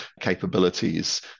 capabilities